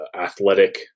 athletic